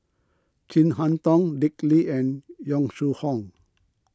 Chin Harn Tong Dick Lee and Yong Shu Hoong